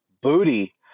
booty